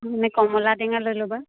মানে কমল টেঙা লৈ ল'বা